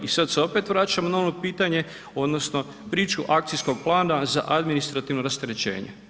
I sad se opet vraćam na ono pitanje, odnosno priču akcijskog plana za administrativno rasterećenje.